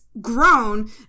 grown